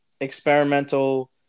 experimental